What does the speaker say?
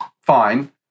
fine